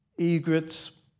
egrets